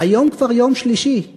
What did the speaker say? היום כבר יום שלישי/